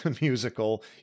musical